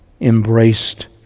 embraced